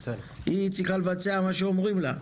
היא צריכה לבצע את מה שאומרים לה.